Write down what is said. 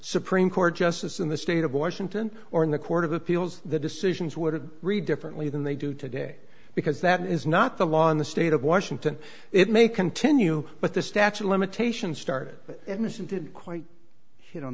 supreme court justice in the state of washington or in the court of appeals the decisions would read differently than they do today because that is not the law in the state of washington it may continue but the statue of limitations started admission did quite hit on